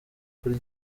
kuri